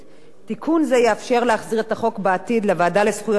תיקון זה יאפשר להחזיר את החוק בעתיד לוועדה לזכויות הילד,